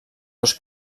dos